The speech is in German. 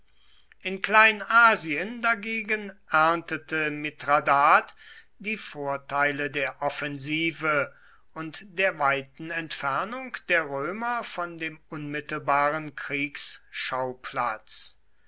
in kleinasien dagegen erntete mithradat die vorteile der offensive und der weiten entfernung der römer von dem unmittelbaren kriegsschauplatz